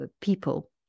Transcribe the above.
people